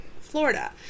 Florida